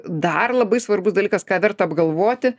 dar labai svarbus dalykas ką verta apgalvoti